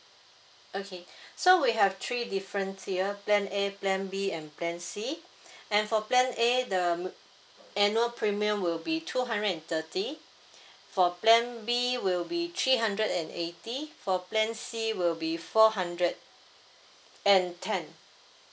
okay so we have three different tier plan A plan B and plan C and for plan A the annual premium will be two hundred and thirty for plan B will be three hundred and eighty for plan C will be four hundred and ten